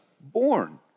born